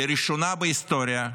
לראשונה בהיסטוריה,